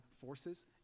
forces